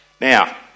Now